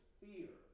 fear